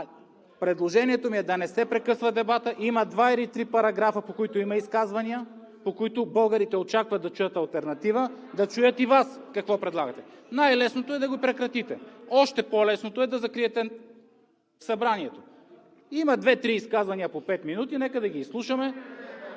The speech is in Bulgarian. Предложението ми е да не се прекъсва дебатът, има два или три параграфа, по които има изказвания, по които българите очакват да чуят алтернатива, да чуят и Вас какво предлагате. Най-лесното е да го прекратите. Още по-лесното е да закриете Събранието. Има две-три изказвания по пет минути, нека да ги изслушаме